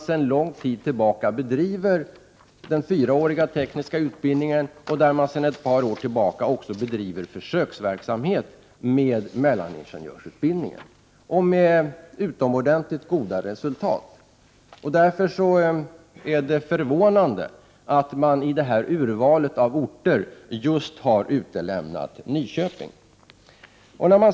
Sedan lång tid tillbaka bedriver man i Nyköping fyraårig teknisk utbildning och sedan ett par år tillbaka även försöksverksamhet med mellaningenjörsutbildning med utomordentligt goda resultat. Därför är det förvånande att utskottsmajoriteten i urvalet av orter har utelämnat just Nyköping.